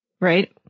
right